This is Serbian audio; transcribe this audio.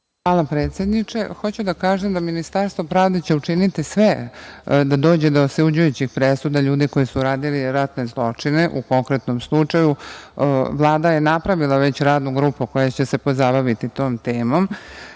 Hvala, predsedniče. Hoću da kažem da će Ministarstvo pravde učiniti sve da dođe do osuđujućih presuda ljudi koji su radili ratne zločine. U konkretnom slučaju, Vlada je napravila već radnu grupu koja će se pozabaviti tom temom.